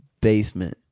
basement